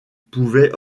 pouvaient